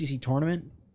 tournament